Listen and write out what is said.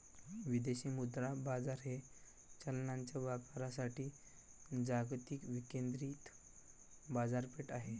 विदेशी मुद्रा बाजार हे चलनांच्या व्यापारासाठी जागतिक विकेंद्रित बाजारपेठ आहे